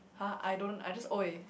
!huh! I don't I just !oi!